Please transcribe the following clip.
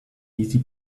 easy